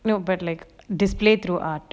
no but like displayed through art